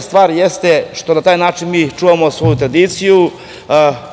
stvar jeste što mi čuvamo svoju tradiciju,